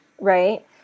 right